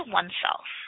oneself